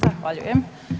Zahvaljujem.